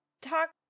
talk